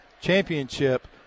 championship